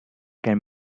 can